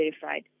verified